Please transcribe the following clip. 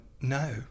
no